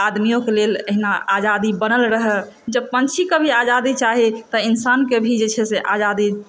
आदमियोके लेल एहिना आजादी बनल रहय जब पङ्क्षीके भी आजादी चाही तऽ इन्सानके भी जे छै से आजादी